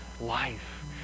life